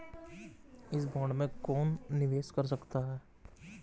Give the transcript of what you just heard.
इस बॉन्ड में कौन निवेश कर सकता है?